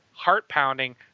heart-pounding